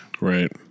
Right